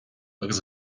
agus